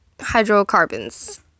hydrocarbons